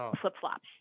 flip-flops